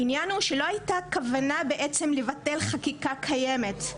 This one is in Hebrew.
העניין הוא שלא הייתה כוונה בעצם לבטל חקיקה קיימת.